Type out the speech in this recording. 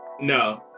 no